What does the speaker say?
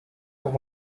all